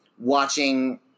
watching